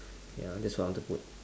ya that's all I want to put